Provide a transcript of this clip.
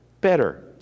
better